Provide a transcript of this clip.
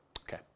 Okay